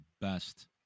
best